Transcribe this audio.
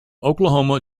oklahoma